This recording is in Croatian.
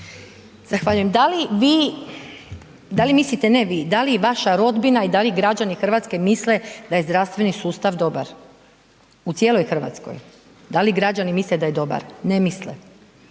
Zahvaljujem. Da li mislite, ne vi, da li vaša rodbina i da li građani Hrvatske misle da je zdravstveni sustav dobar u cijeloj Hrvatskoj, da li građani misle da je dobar? Ne misle.